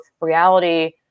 reality